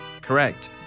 correct